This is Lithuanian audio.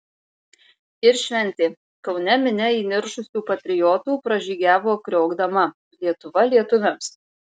ir šventė kaune minia įniršusių patriotų pražygiavo kriokdama lietuva lietuviams